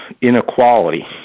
inequality